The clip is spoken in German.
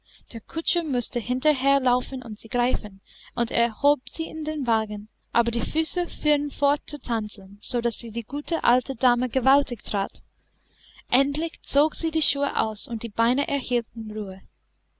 der kutscher mußte hinterher laufen und sie greifen und er hob sie in den wagen aber die füße fuhren fort zu tanzen sodaß sie die gute alte dame gewaltig trat endlich zog sie die schuhe aus und die beine erhielten ruhe